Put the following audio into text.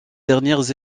dernières